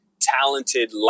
talented